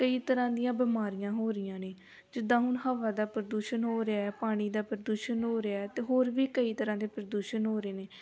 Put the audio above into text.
ਕਈ ਤਰ੍ਹਾਂ ਦੀਆਂ ਬਿਮਾਰੀਆਂ ਹੋ ਰਹੀਆਂ ਨੇ ਜਿੱਦਾਂ ਹੁਣ ਹਵਾ ਦਾ ਪ੍ਰਦੂਸ਼ਣ ਹੋ ਰਿਹਾ ਹੈ ਪਾਣੀ ਦਾ ਪ੍ਰਦੂਸ਼ਣ ਹੋ ਰਿਹਾ ਅਤੇ ਹੋਰ ਵੀ ਕਈ ਤਰ੍ਹਾਂ ਦੇ ਪ੍ਰਦੂਸ਼ਣ ਹੋ ਰਹੇ ਨੇ